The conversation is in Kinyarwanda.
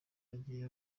agiye